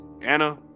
Anna